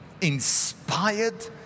inspired